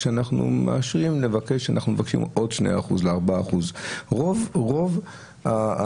אז אנחנו רוצים לאשר עוד 2%. רוב התקנות,